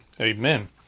Amen